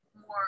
more